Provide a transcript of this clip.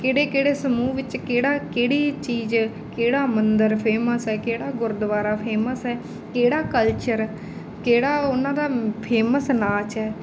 ਕਿਹੜੇ ਕਿਹੜੇ ਸਮੂਹ ਵਿੱਚ ਕਿਹੜਾ ਕਿਹੜੀ ਚੀਜ਼ ਕਿਹੜਾ ਮੰਦਰ ਫੇਮਸ ਹੈ ਕਿਹੜਾ ਗੁਰਦੁਆਰਾ ਫੇਮਸ ਹੈ ਕਿਹੜਾ ਕਲਚਰ ਕਿਹੜਾ ਉਹਨਾਂ ਦਾ ਫੇਮਸ ਨਾਚ ਹੈ